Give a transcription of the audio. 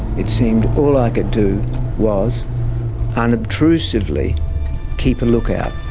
it seemed all i could do was unobtrusively keep a lookout,